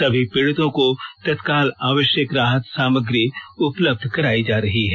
सभी पीड़ितों को तत्काल आवश्यक राहत सामग्री उपलब्ध करायी जा रही है